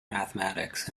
mathematics